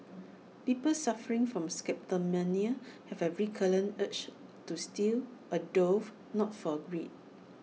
people suffering from kleptomania have A recurrent urge to steal although not for greed